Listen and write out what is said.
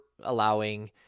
allowing